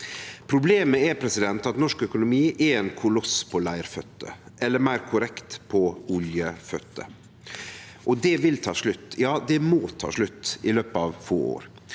Problemet er at norsk økonomi er ein koloss på leirføter – eller meir korrekt: på oljeføter. Det vil ta slutt – ja, det må ta slutt – i løpet av få år.